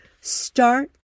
Start